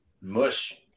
mush